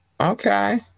Okay